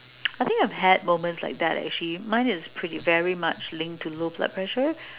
I think I've had moments like that actually mine is pretty very much linked to low blood pressure